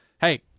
hey